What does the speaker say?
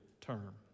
term